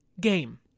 Game